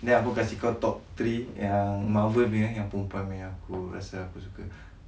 then aku kasi kau top three yang marvel punya yang perempuan punya aku rasa aku suka